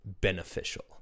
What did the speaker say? beneficial